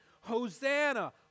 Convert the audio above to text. Hosanna